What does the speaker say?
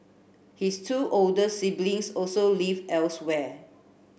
his two older siblings also live elsewhere